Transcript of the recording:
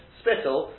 spittle